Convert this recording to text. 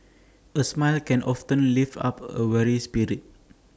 A smile can often lift up A weary spirit